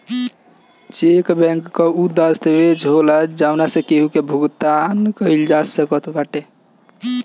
check bank कअ उ दस्तावेज होला जवना से केहू के भुगतान कईल जा सकत बाटे